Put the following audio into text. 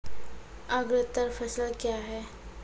अग्रतर फसल क्या हैं?